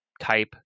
type